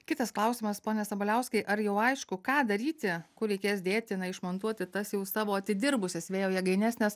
kitas klausimas pone sabaliauskai ar jau aišku ką daryti kur reikės dėti na išmontuoti tas jau savo atidirbusias vėjo jėgaines nes